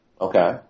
Okay